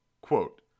Quote